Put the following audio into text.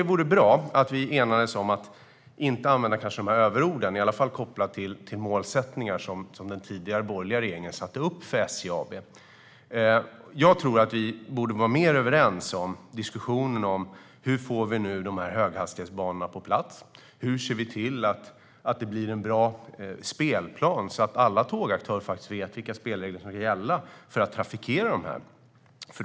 Det vore bra om vi enades om att inte använda de här överorden, i alla fall kopplade till målsättningar som den tidigare borgerliga regeringen satte upp för SJ AB. Jag tycker att vi borde vara mer överens om diskussionen om hur vi får höghastighetsbanorna på plats och hur vi ser till att det blir en bra spelplan så att alla tågaktörer vet vilka spelregler som ska gälla för att trafikera banorna.